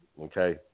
Okay